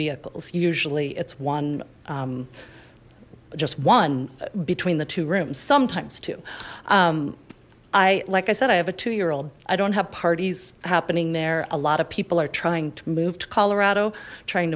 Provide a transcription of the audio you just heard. vehicles usually it's one just one between the two rooms sometimes two i like i said i have a two year old i don't have parties happening there a lot of people are trying to move to colorado trying